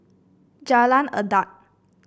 Jalan Adat